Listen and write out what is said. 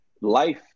life